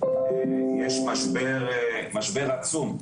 יש משבר עצום,